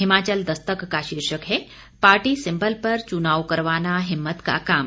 हिमाचल दस्तक का शीर्षक है पार्टी सिंबल पर चुनाव करवाना हिम्मत का काम